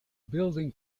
building